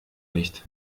nicht